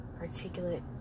articulate